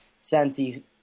Santi